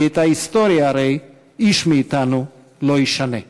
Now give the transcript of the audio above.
כי הרי את ההיסטוריה איש מאתנו לא ישנה.